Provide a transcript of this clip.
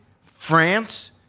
France